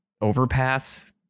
overpass